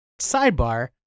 sidebar